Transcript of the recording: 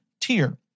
tier